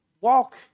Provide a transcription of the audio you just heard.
walk